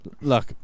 look